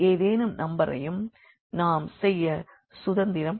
3க்கு எந்த நம்பரையும் நாம் செய்ய சுதந்திரம் பெற்றிருக்கிறோம்